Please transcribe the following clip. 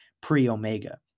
pre-Omega